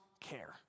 care